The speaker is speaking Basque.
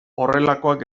horrelakoak